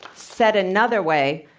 said another way,